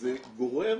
זה גורר